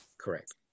Correct